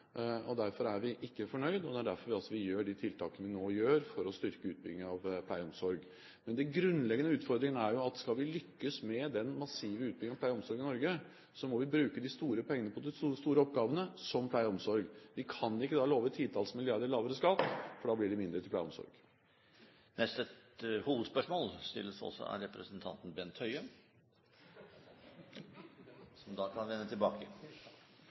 Derfor er vi ikke fornøyd, og derfor gjør vi de tiltakene vi gjør, for å styrke utbyggingen av pleie og omsorg. Men de grunnleggende utfordringene er jo at skal vi lykkes med den massive utbyggingen av pleie og omsorg i Norge, må vi bruke de store pengene på de store oppgavene, som pleie og omsorg. Vi kan ikke da love titalls milliarder lavere skatt, for da blir det mindre til pleie og omsorg. Vi går over til siste hovedspørsmål.